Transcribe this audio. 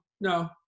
no